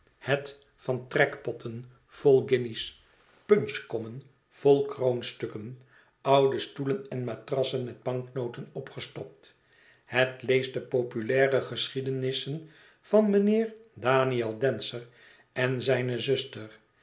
het van trekpotten volguinjes punchkommen vol kroonstukken oude stoelen en matrassen met banknoten opgestopt het leest de populaire geschiedenissen van mijnheer daniël dancer en zijne zuster